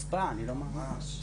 חוצפה אני לא מאמין.